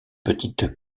petites